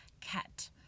cat